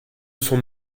son